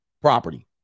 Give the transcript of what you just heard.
property